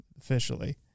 officially